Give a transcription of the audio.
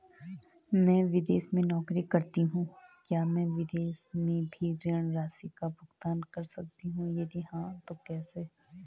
मैं विदेश में नौकरी करतीं हूँ क्या मैं विदेश से भी ऋण राशि का भुगतान कर सकती हूँ यदि हाँ तो कैसे?